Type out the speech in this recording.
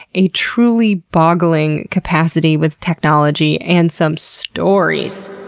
a truly boggling capacity with technology, and some stories.